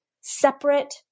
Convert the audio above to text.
separate